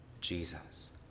Jesus